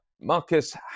Marcus